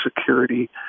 security